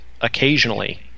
occasionally